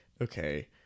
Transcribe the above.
okay